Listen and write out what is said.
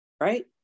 right